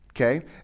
Okay